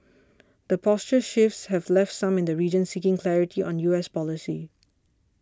the posture shifts have left some in the region seeking clarity on U S policy